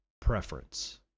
preference